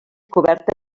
coberta